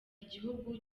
igihugu